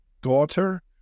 daughter